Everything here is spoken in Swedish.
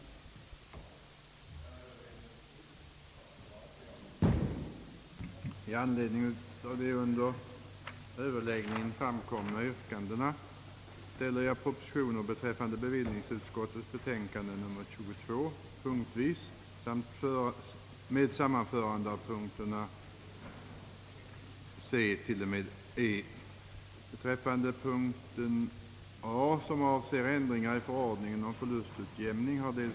I ett sammanhang hade bankoutskottet behandlat ett antal motioner, vilka alla avsågo utredning angående lokaliseringspolitikens framtida utformning.